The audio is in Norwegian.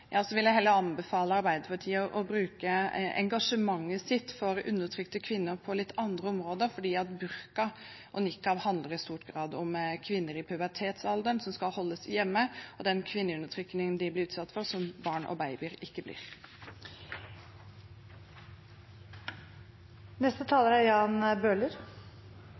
Jeg vil anbefale Arbeiderpartiet heller å bruke engasjementet sitt for undertrykte kvinner på litt andre områder, for burka og nikab handler i stor grad om kvinner i pubertetsalderen, som holdes hjemme, og den kvinneundertrykkingen de blir utsatt for, noe barn og babyer ikke blir. Representanten Jan Bøhler